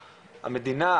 המדינה,